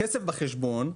הכסף בחשבון,